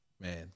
man